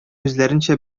үзләренчә